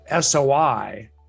SOI